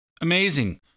Amazing